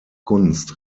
kunst